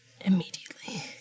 immediately